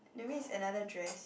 maybe it's another dress